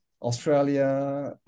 australia